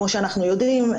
כמו שאנחנו יודעים,